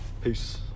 peace